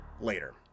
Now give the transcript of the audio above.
later